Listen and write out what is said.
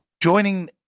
Joining